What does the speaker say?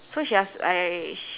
so she ask I sh~